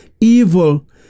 evil